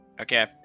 Okay